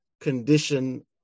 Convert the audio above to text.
condition